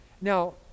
Now